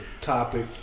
topic